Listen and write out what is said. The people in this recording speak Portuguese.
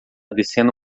descendo